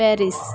Paris